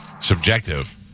subjective